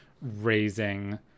raising